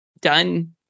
done